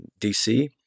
DC